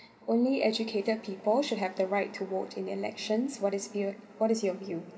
only educated people should have the right to vote in elections what is view what is your view